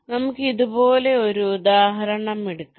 നമുക്ക് ഇതുപോലെ ഒരു ഉദാഹരണം എടുക്കാം